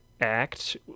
act